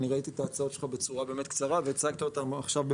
אני ראיתי את ההצעה שלך והצגת אותה בפירוט,